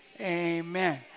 amen